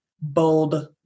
bold